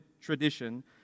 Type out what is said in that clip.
tradition